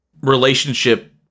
relationship